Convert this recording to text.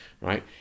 right